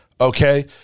Okay